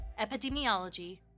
Epidemiology